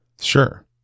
Sure